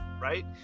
right